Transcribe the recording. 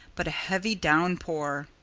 but a heavy downpour.